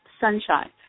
Sunshine